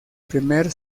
primer